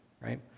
right